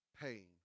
pain